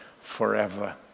forever